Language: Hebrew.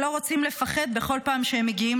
שלא רוצים לפחד בכל פעם שהם מגיעים